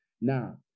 Now